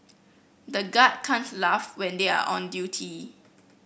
the guard can't laugh when they are on duty